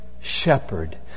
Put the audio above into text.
shepherd